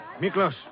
Miklos